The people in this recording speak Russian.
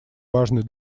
важный